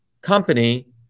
company